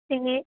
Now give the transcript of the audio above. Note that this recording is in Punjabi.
ਅਤੇ